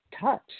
touch